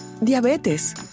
diabetes